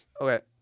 Okay